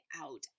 out